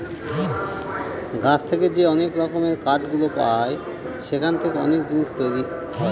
গাছ থেকে যে অনেক রকমের কাঠ গুলো পায় সেখান থেকে অনেক জিনিস হয়